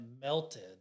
melted